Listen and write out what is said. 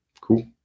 cool